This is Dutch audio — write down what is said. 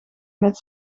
met